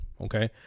Okay